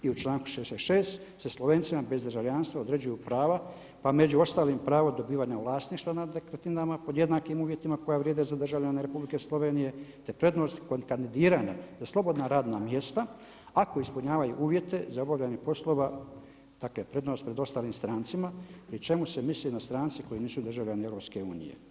I u članku 66. se Slovencima bez državljanstva određuju prava pa među ostalim pravo dobivanja vlasništva nad nekretninama pod jednakim uvjetima koja vrijede za državljane Republike Slovenije te prednost kod kandidiranja za slobodna radna mjesta ako ispunjavaju uvjete za obavljanje poslova, dakle prednost pred ostalim strancima pri čemu se misli na strance koji nisu državljani EU.